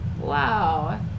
Wow